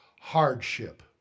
hardship